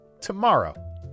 tomorrow